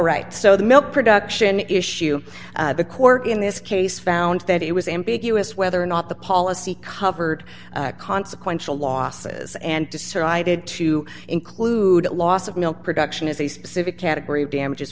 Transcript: right so the milk production issue the court in this case found that it was ambiguous whether or not the policy covered consequential losses and decided to include loss of milk production is a specific category of damages